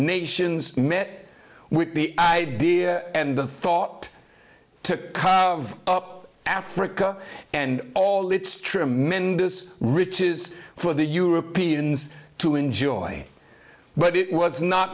nations met with the idea and the thought to come of up africa and all its tremendous riches for the europeans to enjoy but it was not